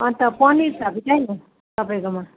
अन्त पनिर छ कि छैन तपाईँकोमा